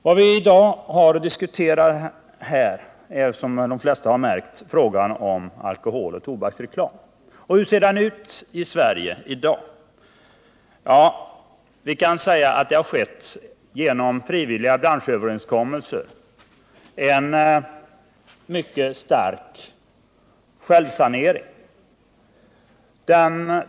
Vad vi i dag har att diskutera här är, som väl de flesta märkt, frågan om alkoholoch tobaksreklam. Hur ser den ut i Sverige i dag? Man kan säga att det genom frivilliga branschöverenskommelser skett en mycket stark självsanering.